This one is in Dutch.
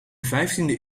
vijftiende